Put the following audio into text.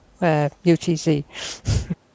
UTC